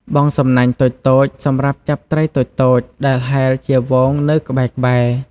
បង់សំណាញ់តូចៗ សម្រាប់ចាប់ត្រីតូចៗដែលហែលជាហ្វូងនៅក្បែរៗ។